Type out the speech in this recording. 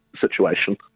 situation